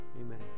Amen